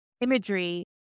imagery